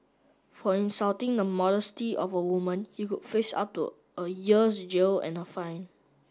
for insulting the modesty of a woman he could face up to a year's jail and a fine